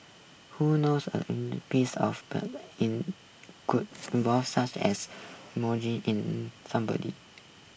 who knows a piece of in could evoke such as in somebody